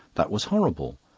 that was horrible.